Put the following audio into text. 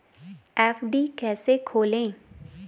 FD कैसे खोलें?